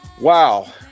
Wow